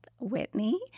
Whitney